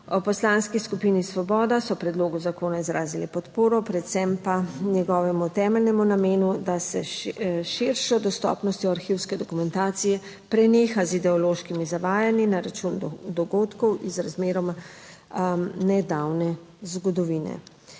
V Poslanski skupini Svoboda so predlogu zakona izrazili podporo, predvsem pa njegovemu temeljnemu namenu, da se s širšo dostopnostjo arhivske dokumentacije preneha z ideološkimi zavajanji na račun dogodkov iz razmeroma nedavne zgodovine.